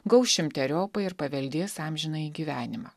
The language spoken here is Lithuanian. gaus šimteriopai ir paveldės amžinąjį gyvenimą